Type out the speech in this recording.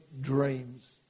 dreams